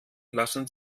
lassen